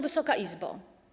Wysoka Izbo!